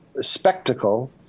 spectacle